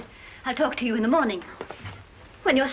it i talk to you in the morning when you